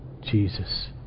Jesus